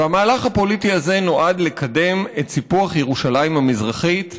והמהלך הפוליטי הזה נועד לקדם את סיפוח ירושלים המזרחית,